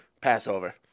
Passover